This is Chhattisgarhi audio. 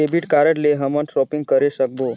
डेबिट कारड ले हमन शॉपिंग करे सकबो?